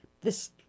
This